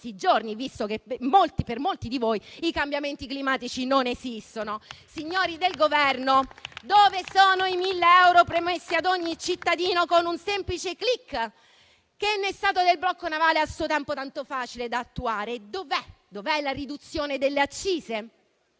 giorni, visto che per molti di voi i cambiamenti climatici non esistono. Signori del Governo, dove sono i 1.000 euro promessi ad ogni cittadino con un semplice *click*? Cosa ne è stato del blocco navale a suo tempo tanto facile da attuare? Dov'è la riduzione delle accise?